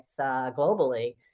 globally